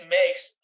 makes